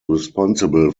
responsible